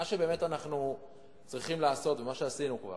מה שבאמת אנחנו צריכים לעשות, ומה שעשינו כבר,